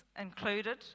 included